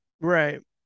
Right